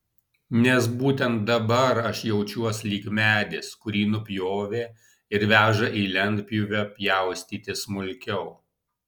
nes būtent dabar aš jaučiuos lyg medis kurį nupjovė ir veža į lentpjūvę pjaustyti smulkiau